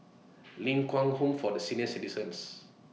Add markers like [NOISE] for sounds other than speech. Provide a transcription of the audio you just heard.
[NOISE] Ling Kwang Home For Senior Citizens